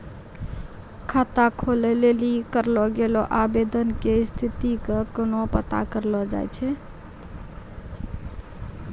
खाता खोलै लेली करलो गेलो आवेदन के स्थिति के केना पता करलो जाय छै?